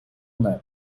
небо